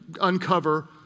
uncover